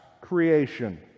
creation